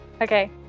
Okay